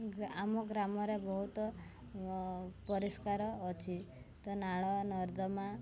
ଆମ ଗ୍ରାମରେ ବହୁତ ପରିଷ୍କାର ଅଛି ତ ନାଳ ନର୍ଦ୍ଦମା